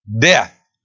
death